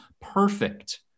perfect